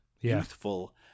youthful